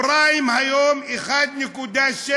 הפריים היום 1.6%,